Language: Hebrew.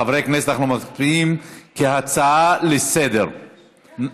חברי הכנסת, אנחנו מצביעים, כהצעה לסדר-היום.